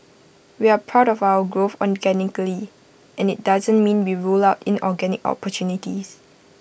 we're proud of our growth organically and IT doesn't mean we rule out inorganic opportunities